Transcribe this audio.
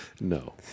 No